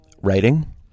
writing